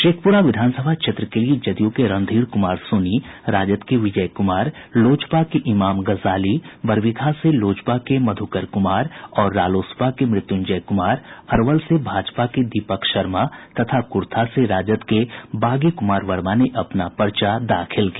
शेखपुरा विधानसभा क्षेत्र के लिये जदयू के रणधीर कुमार सोनी राजद के विजय कुमार लोजपा के इमाम गजाली बरबीघा से लोजपा के मध्कर कुमार और रालोसपा के मृत्युंजय कुमार अरवल से भाजपा के दीपक शर्मा तथा कुर्था से राजद के बागी कुमार वर्मा ने अपना पर्चा दाखिल किया